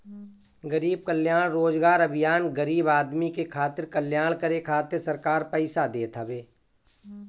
गरीब कल्याण रोजगार अभियान गरीब आदमी के कल्याण करे खातिर सरकार पईसा देत हवे